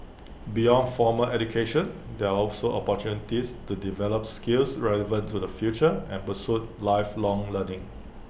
beyond formal education there are also opportunities to develop skills relevant to the future and pursue lifelong learning